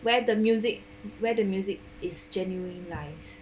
where the music where the music is genuinely nice